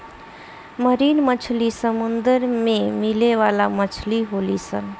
marine मछली समुंदर में मिले वाला मछली होली सन